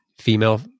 female